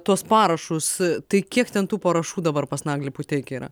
tuos parašus tai kiek ten tų parašų dabar pas naglį puteikį yra